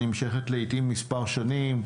הנמשכת לעיתים מספר שנים,